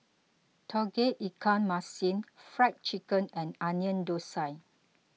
Tauge Ikan Masin Fried Chicken and Onion Thosai